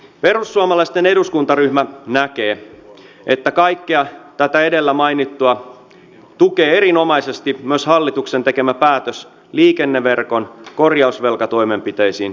perussuomalaisten eduskuntaryhmä näkee että kaikkea tätä edellä mainittua tukee erinomaisesti myös hallituksen tekemä päätös liikenneverkon korjausvelkatoimenpiteisiin ryhtymiseksi